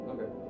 Okay